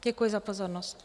Děkuji za pozornost.